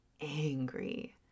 angry